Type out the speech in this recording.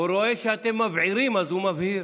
הוא רואה שאתם מבעירים, אז הוא מבהיר.